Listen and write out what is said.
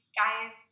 guys